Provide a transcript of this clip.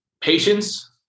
patience